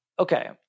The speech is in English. Okay